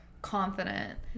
Confident